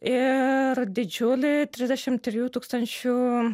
ir didžiulj trisdešimt trijų tūkstančių